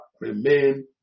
remain